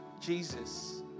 Jesus